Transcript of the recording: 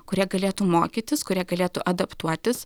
kur jie galėtų mokytis kur jie galėtų adaptuotis